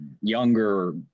younger